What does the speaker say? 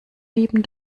lieben